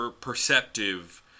perceptive